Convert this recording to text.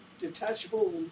Detachable